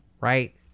right